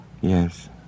Yes